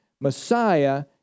Messiah